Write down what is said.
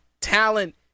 talent